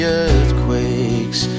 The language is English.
earthquakes